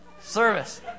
service